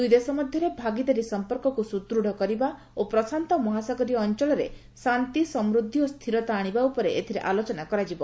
ଦୁଇଦେଶ ମଧ୍ୟରେ ଭାଗିଦାରୀ ସଂପର୍କକୁ ସୁଦୃଢ଼ କରିବା ଓ ପ୍ରଶାନ୍ତ ମହାସାଗରୀୟ ଅଞ୍ଚଳରେ ଶାନ୍ତି ସମୃଦ୍ଧି ଓ ସ୍ଥିରତା ଆଣିବା ଉପରେ ଏଥିରେ ଆଲୋଚନା କରାଯିବ